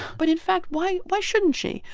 but, in fact, why why shouldn't she?